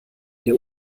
der